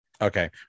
Okay